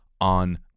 on